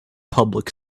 public